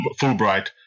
fulbright